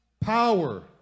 power